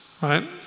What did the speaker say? right